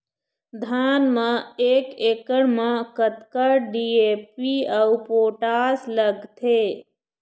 धान म एक एकड़ म कतका डी.ए.पी अऊ पोटास लगथे?